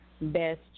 best